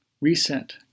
Reset